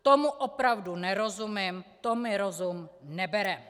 Tomu opravdu nerozumím, to mi rozum nebere!